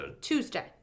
Tuesday